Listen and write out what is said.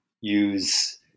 use